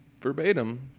verbatim